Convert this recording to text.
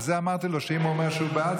על זה אמרתי לו שאם הוא אומר שהוא בעד,